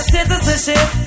Citizenship